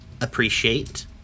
appreciate